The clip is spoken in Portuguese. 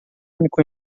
único